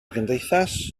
gymdeithas